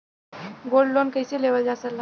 Gold loan कईसे लेवल जा ला?